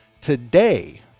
Today